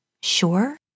Sure